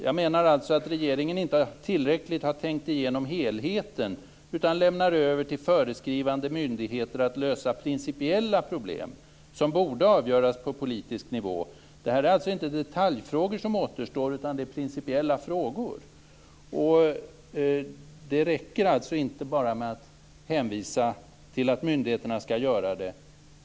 Jag menar alltså att regeringen inte tillräckligt har gått igenom helheten utan lämnar över till föreskrivande myndigheter att lösa principiella problem som borde avgöras på politisk nivå. Det är alltså inte detaljfrågor som återstår, utan det är principiella frågor. Det räcker alltså inte bara med att hänvisa till att myndigheterna skall göra det.